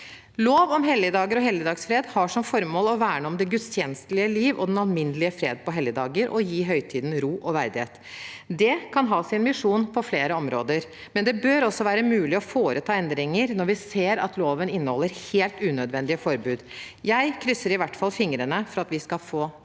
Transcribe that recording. Lov om helligdager og helligdagsfred har som formål å verne om det gudstjenestelige liv og den alminnelige fred på helligdager og gi høytiden ro og verdighet. Det kan ha sin misjon på flere områder, men det bør også være mulig å foreta endringer når vi ser at loven inneholder helt unødvendige forbud. Jeg krysser i hvert fall fingrene for at vi skal få det